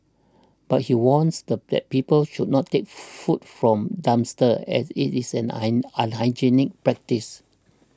but he warns that people should not take food from dumpsters as it is an unhygienic practice